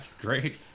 Great